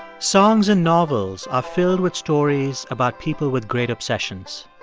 songs and novels are filled with stories about people with great obsessions.